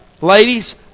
Ladies